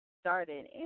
started